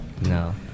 No